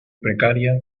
precaria